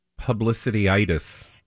publicityitis